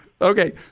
Okay